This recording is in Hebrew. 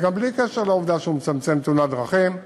וגם בלי קשר לעובדה שהוא מצמצם תאונות דרכים.